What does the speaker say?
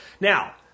Now